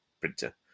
printer